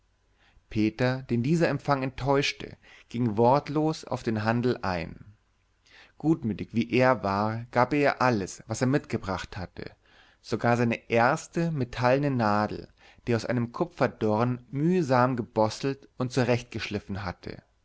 peter den dieser empfang enttäuschte ging wortlos auf den handel ein gutmütig wie er war gab er ihr alles was er mitgebracht hatte sogar seine erste metallene nadel die er aus einem kupferdorn mühsam gebosselt und zurechtgeschliffen hatte